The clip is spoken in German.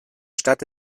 stadt